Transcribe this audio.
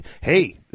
Hey